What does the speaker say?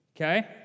Okay